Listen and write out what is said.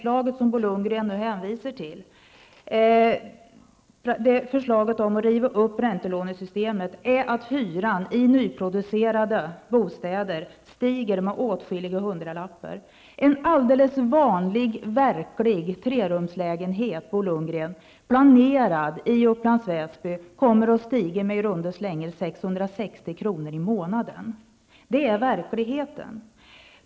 Lundgren hänvisar till, förslaget om att riva upp räntelånesystemet, är att hyran i nyproducerade bostäder stiger med åtskilliga hundralappar. En alldeles vanlig verklig trerumslägenhet, Bo Lundgren, planerad i Upplands Väsby, kommer att stiga med i runda slängar 660 kr. i månaden. Det är verkligheten.